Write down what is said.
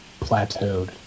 plateaued